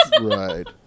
right